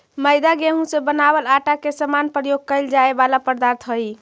मैदा गेहूं से बनावल आटा के समान प्रयोग कैल जाए वाला पदार्थ हइ